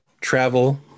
travel